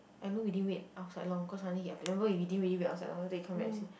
I know we didn't wait outside long cause suddenly he wait we never really wait outside long after he came back and said